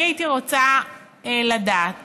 אני הייתי רוצה לדעת